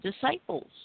disciples